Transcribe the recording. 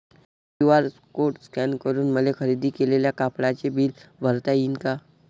QR code scan करून मले खरेदी केलेल्या कापडाचे बिल भरता यीन का?